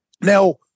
Now